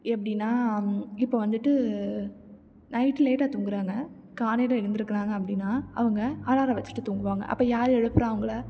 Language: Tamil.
எப்டின்னா இப்போ வந்துவிட்டு நைட்டு லேட்டாக தூங்குறாங்க காலையில் எழுந்திரிக்கிறாங்க அப்படின்னா அவங்க அலாரம் வெச்சிட்டு தூங்குவாங்க அப்போ யார் எழுப்புகிறா அவங்கள